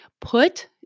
Put